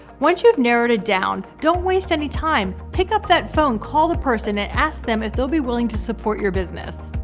once you've narrowed it down, don't waste any time, pick up that phone, call the person and ask them if they'll be willing to support your business.